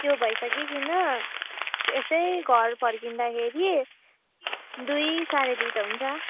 त्यो भई सकिकन यसै घर फर्किँदाखेरि दुई साढे दुई त हुन्छ